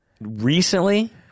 recently